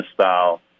style